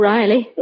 Riley